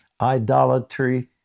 idolatry